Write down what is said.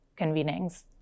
convenings